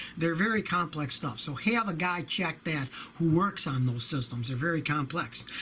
they're very complex stuff so have a guy check that who works on those systems, they're very complex,